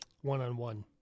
one-on-one